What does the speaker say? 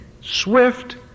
swift